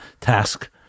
task